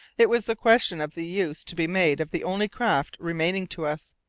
it was the question of the use to be made of the only craft remaining to us.